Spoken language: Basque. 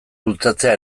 bultzatzea